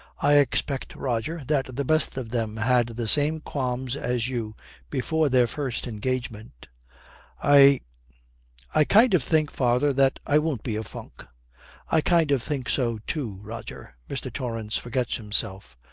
i expect, roger, that the best of them had the same qualms as you before their first engagement i i kind of think, father, that i won't be a funk i kind of think so too, roger mr. torrance forgets himself.